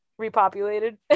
repopulated